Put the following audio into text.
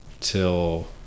till